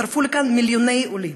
יצטרפו לכאן מיליוני עולים.